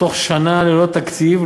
בתוך שנה ללא תקציב.